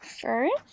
First